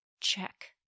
check